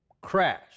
crash